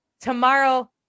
tomorrow